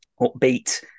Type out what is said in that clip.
upbeat